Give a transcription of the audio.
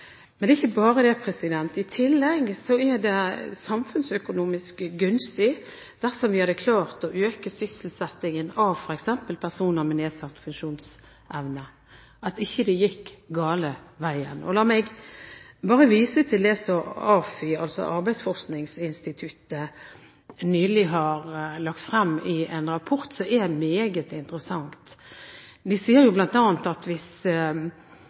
Men det er ikke bare det. I tillegg er det samfunnsøkonomisk gunstig dersom vi klarer å øke sysselsettingen av f.eks. personer med nedsatt funksjonsevne og hindre at det går i feil retning. La meg bare vise til det som AFI, Arbeidsforskningsinstituttet, nylig har lagt frem i en rapport som er meget interessant. De sier bl.a. at hvis